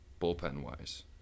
bullpen-wise